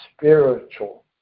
spiritual